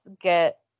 get